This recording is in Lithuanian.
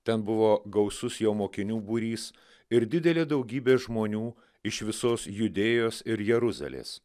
ten buvo gausus jo mokinių būrys ir didelė daugybė žmonių iš visos judėjos ir jeruzalės